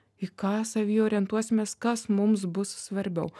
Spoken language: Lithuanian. į ką savy orientuosimės kas mums bus svarbiau